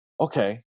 okay